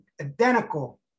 identical